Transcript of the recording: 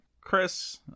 Chris